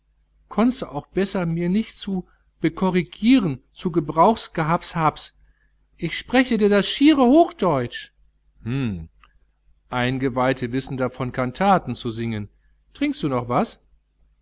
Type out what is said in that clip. gott konnste auch besser mir nicht zu bekorrigieren zu gebrauchs gehabs habs ich spreche dir das schiere hochdeutsch hm eingeweihte wissen davon kantaten zu singen trinkst du noch was